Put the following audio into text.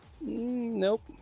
Nope